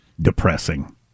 depressing